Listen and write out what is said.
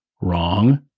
wrong